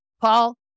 Paul